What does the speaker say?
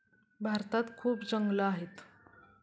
भारतात खूप जंगलं आहेत